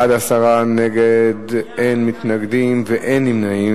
בעד, 10, אין מתנגדים ואין נמנעים.